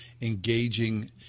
engaging